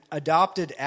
adopted